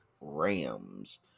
Rams